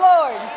Lord